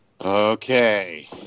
okay